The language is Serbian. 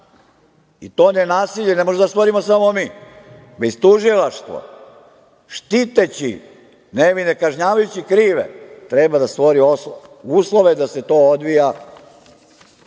I to nenasilje ne možemo da stvorimo samo mi, već tužilaštvo, štiteći, nevine kažnjavajući krivim, treba da stvori uslove da se to odvija